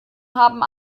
haben